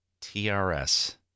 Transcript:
TRS